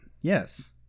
Yes